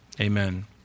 Amen